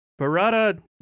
Barada